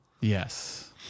Yes